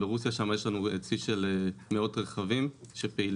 ברוסיה שבה יש לנו צי של מאות רכיבים פעילים.